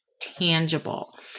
tangible